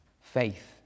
faith